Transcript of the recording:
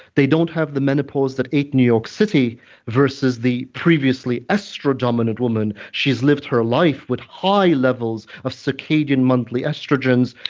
they don't have the menopause that ate new york city versus the previously estro-dominant woman. she's lived her life with high levels of circadian monthly estrogens,